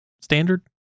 standard